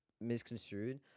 misconstrued